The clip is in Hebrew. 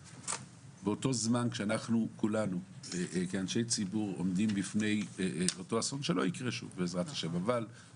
כשאנחנו אנשי הציבור, עומדים בפני נפגעי אסון ולא